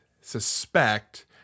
suspect